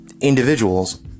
individuals